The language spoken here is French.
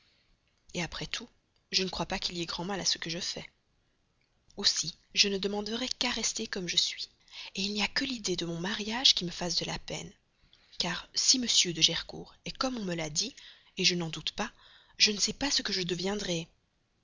heureuse après tout je ne crois pas qu'il y ait grand mal à ce que je fais aussi je ne demanderais qu'à rester comme je suis il n'y a que l'idée de mon mariage qui me fasse de la peine car si m de gercourt est comme on me l'a dit je n'en doute pas je ne sais pas ce que je deviendrai